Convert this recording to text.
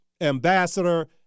ambassador